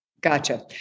Gotcha